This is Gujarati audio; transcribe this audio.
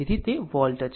તેથી તે વોલ્ટ છે